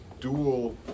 dual